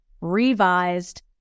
revised